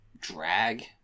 drag